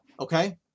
okay